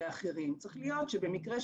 לכן אנחנו מבקשים לבטל את הסיפה.